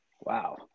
Wow